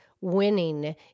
winning